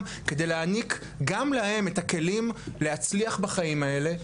כדי להעניק גם להם את הכלים להצליח בחיים האלה.